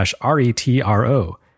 r-e-t-r-o